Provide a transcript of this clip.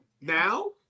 Now